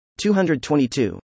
222